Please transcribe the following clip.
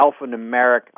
alphanumeric